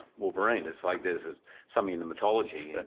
wolverine, it's like there's something in the mythology. and